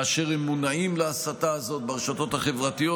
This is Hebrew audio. כאשר הם מונעים להסתה הזאת ברשתות החברתיות,